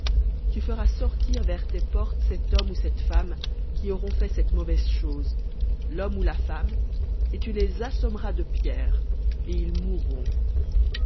tu feras sortir vers tes portes cet homme ou cette femme qui auront fait cette mauvaise chose l'homme ou la femme et tu les assommeras de pierres et ils mourront